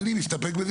אני מסתפק בזה.